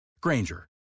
Granger